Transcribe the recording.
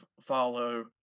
follow